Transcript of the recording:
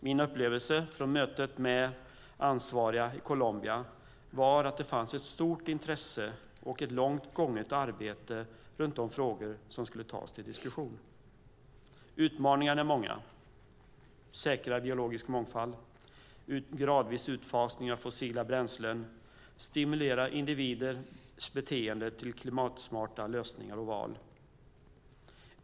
Min upplevelse från mötet med ansvariga i Colombia var att det fanns ett stort intresse och ett långt gånget arbete runt de frågor som skulle tas till diskussion. Utmaningarna är många: att säkra biologisk mångfald, att gradvis genomföra en utfasning av fossila bränslen och att stimulera individers beteende till klimatsmarta lösningar och val.